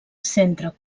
centre